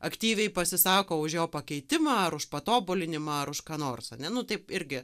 aktyviai pasisako už jo pakeitimą ar už patobulinimą ar už ką nors ane nu taip irgi